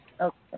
Okay